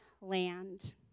Land